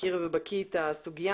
מכיר ובקי בסוגיה.